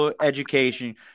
education